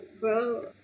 bro